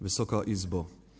Wysoka Izbo!